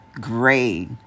Gray